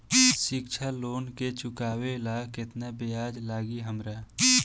शिक्षा लोन के चुकावेला केतना ब्याज लागि हमरा?